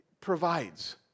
provides